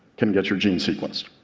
can get your genes sequenced.